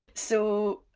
so